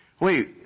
wait